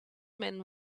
men